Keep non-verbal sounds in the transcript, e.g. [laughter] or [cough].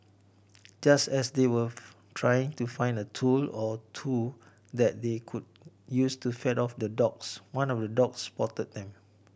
just as they were [unintelligible] trying to find a tool or two that they could use to fend off the dogs one of the dogs spotted them